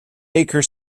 acre